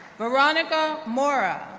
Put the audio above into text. veronica mora,